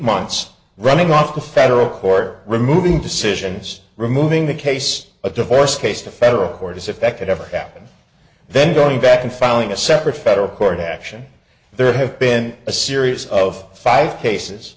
months running off the federal court removing decisions removing the case of divorce case to federal court as effective never happened then going back and filing a separate federal court action there have been a series of five cases